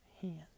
hand